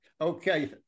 okay